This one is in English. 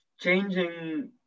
changing